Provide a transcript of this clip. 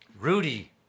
Rudy